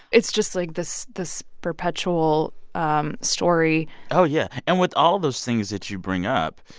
it's just, like, this this perpetual um story oh, yeah. and with all of those things that you bring up,